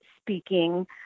speaking